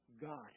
God